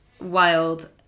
wild